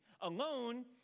Alone